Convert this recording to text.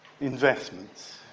investments